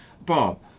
Bob